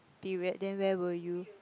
period then where will you